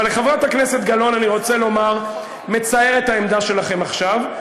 אבל לחברת הכנסת גלאון אני רוצה לומר: מצערת העמדה שלכם עכשיו,